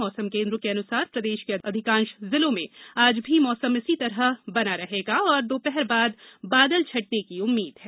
मौसम केन्द्र के अनुसार प्रदेश के अधिकांश जिलों में आज भी मौसम इसी तरह मौसम बना रहेगा और दोपहर बाद बादल छंटने की उम्मीद है